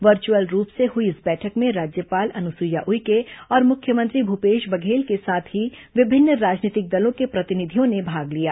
virtual रूप से हुई इस बैठक में राज्यपाल अनुसुईया उइके और मुख्यमंत्री भूपेश बघेल के साथ ही विभिन्न राजनीतिक दलों के प्रतिनिधियों ने भाग लिया